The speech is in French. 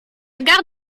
gare